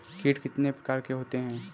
कीट कितने प्रकार के होते हैं?